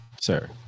sir